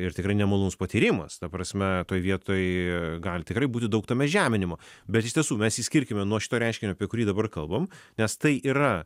ir tikrai nemalonus patyrimas ta prasme toj vietoj gali tikrai būti daug tame žeminimo bet iš tiesų mes išskirkime nuo šito reiškinio apie kurį dabar kalbam nes tai yra